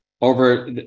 over